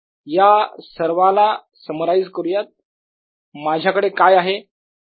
या सर्वाला समराईज करूयात माझ्याकडे काय आहे